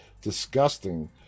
disgusting